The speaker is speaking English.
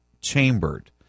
chambered